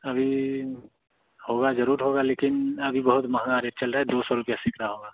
अभी होगा ज़रूर होगा लेकिन अभी बहुत महँगा रेट चल रहा दो सौ रुपये सैकड़ा होगा